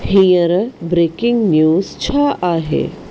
हींअर breaking news छा आहे